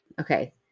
Okay